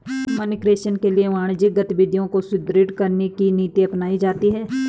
money creation के लिए वाणिज्यिक गतिविधियों को सुदृढ़ करने की नीति अपनाई जाती है